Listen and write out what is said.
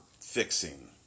fixing